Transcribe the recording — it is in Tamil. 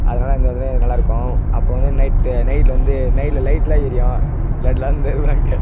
அதனால் அந்த இடத்துல நல்லாயிருக்கும் அப்புறம் வந்து நைட்டு நைட்டில் வந்து நைட்டில் லைட்லாம் எரியும் லட்டுலாம் தருவாங்க